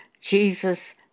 Jesus